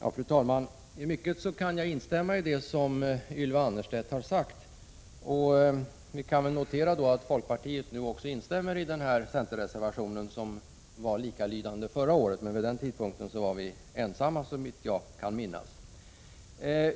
Fru talman! Jag kan instämma i mycket av det som Ylva Annerstedt har sagt. Vi kan notera att folkpartiet nu också instämmer i centerreservationen, som är likalydande med den som vi skrev förra året. Men vid den tidpunkten var vi, såvitt jag minns, ensamma om den åsikt som framförs i reservationen.